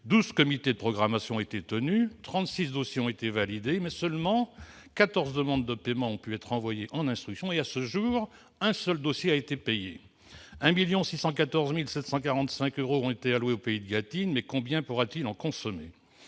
12 comités de programmation ont été tenus, 36 dossiers ont été validés, mais seulement 14 demandes de paiement ont pu être envoyées en instruction et, à ce jour, 1 seul dossier a été payé ... Alors que 1 614 745 euros ont été alloués au pays de Gâtine, combien pourra-t-il en consommer ?